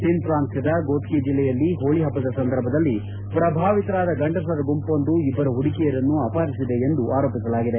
ಸಿಂದ್ ಪ್ರಾಂತ್ವದ ಫೋಟ್ತ ಜಿಲ್ಲೆಯಲ್ಲಿ ಹೋಳಿ ಹಬ್ಬದ ಸಂದರ್ಭದಲ್ಲಿ ಶ್ರಭಾವಿತರಾದ ಗಂಡಸರ ಗುಂಪೊಂದು ಇಬ್ದರು ಹುಡುಗಿಯರನ್ನು ಅಪಹರಿಸಿದೆ ಎಂದು ಆರೋಪಿಸಲಾಗಿದೆ